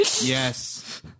Yes